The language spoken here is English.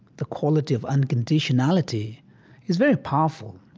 the quality of unconditionality is very powerful.